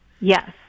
Yes